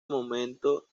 momento